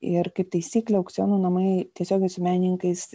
ir kaip taisyklė aukcionų namai tiesiogiai su menininkais